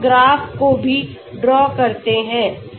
अब हम ग्राफ को भी ड्रॉ करते हैं